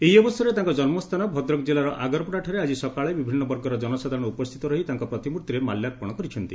ଏହି ଅବସରରେ ତାଙ୍ଙ ଜନ୍ମସ୍ଥାନ ଭଦ୍ ଆଗରପଡାଠାରେ ଆଜି ସକାଳେ ବିଭିନ୍ନ ବର୍ଗର ଜନସାଧାରଣ ଉପସ୍ଥିତ ରହି ତାଙ୍କ ପ୍ରତିମୃତ୍ତିରେ ମାଲ୍ୟର୍ପଶ କରିଛନ୍ତି